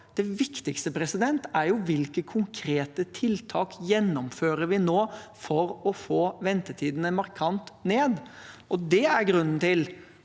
Det viktigste er hvilke konkrete tiltak vi nå gjennomfører for å få ventetidene markant ned. Det er grunnen til